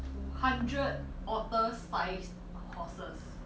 o~ hundred otter sized horses